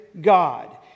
God